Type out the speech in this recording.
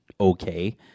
Okay